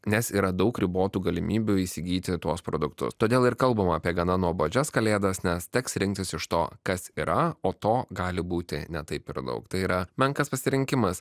nes yra daug ribotų galimybių įsigyti tuos produktus todėl ir kalbama apie gana nuobodžias kalėdas nes teks rinktis iš to kas yra o to gali būti ne taip ir daug tai yra menkas pasirinkimas